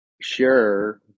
sure